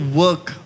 work